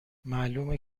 معلومه